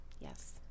yes